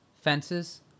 Fences